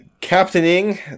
captaining